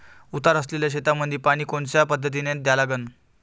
उतार असलेल्या शेतामंदी पानी कोनच्या पद्धतीने द्या लागन?